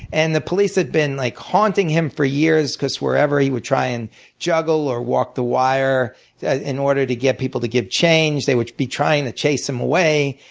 and the police had been like haunting him for years because for whenever he would try and juggle or walk the wire in order to get people to give change, they would be trying to chase them away.